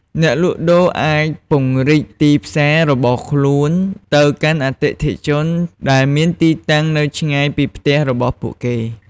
អ្នកលក់ដូរអាចពង្រីកទីផ្សាររបស់ខ្លួនទៅកាន់អតិថិជនដែលមានទីតាំងនៅឆ្ងាយពីផ្ទះរបស់ពួកគេ។